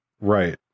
Right